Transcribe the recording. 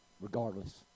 regardless